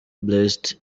blessed